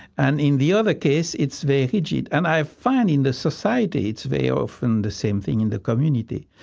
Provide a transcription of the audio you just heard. and in the other case, it's very rigid. and i find, in the society, it's very often the same thing in the community.